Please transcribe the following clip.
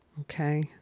Okay